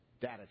Data